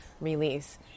release